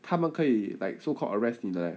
他们可以 like so called arrest 你的 leh